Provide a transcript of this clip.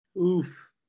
Oof